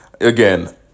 again